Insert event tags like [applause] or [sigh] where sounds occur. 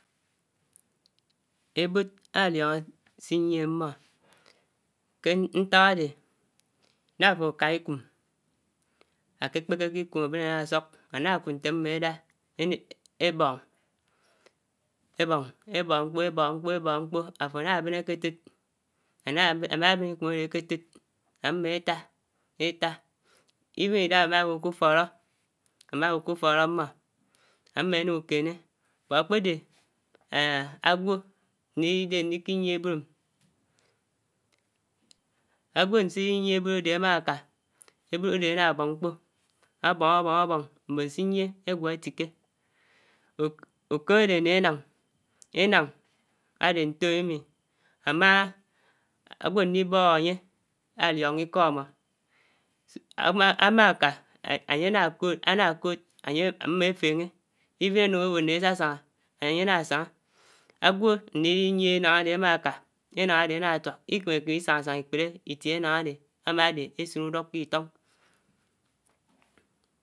Ébòd aliònò si niè ámmò kè ntàk ádè nà àfò ákà Ikum, akékpèkè ikum ábèn àdà ásòk ádá ákud ntè ámmò édà énék ebóng, ébòng ébòng, ébòng mkpó ébòng mkpón ébòng mkpón áfò áná ábén áké tód, áná, ámà bèn ikum ádè ákètòd ámmo étà, étà, eben idàhà àmàbu ku fòdò, àmà buku fòdò ámmò, ámmò édà ukènè but ákpèdè [hesitation] ágwò ánédè ándiki niè èbòd ám, ágwò ánsidinièhè ébòd ádè ámàkaa, ébòd ádè àyà bòng mkpòn, ábòng, ábòng, ábòng mbón siniè égwò ètikè. Ukèm ádè mmè énáng, énàng ádé ntòmmi mi àmà [hesitation] ágwò ándi bòk ányè áliòngò ikò ámò [hesitation] àmà kà ányè áná kòd, ànà kòd ányè, ámmò èfènghè even ánuk ábò nè ésàsàngà, ènyè ànà sàngà àgwò àndide niéhè énàng ádè àmà kà ènáng ádè ànà tuàk Ikèmè kèmè sàngà sàngà Ikpèrè Itiè énàng ádè àmàn ádè ésin uruk kè itòng.